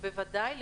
בוודאי.